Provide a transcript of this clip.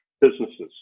businesses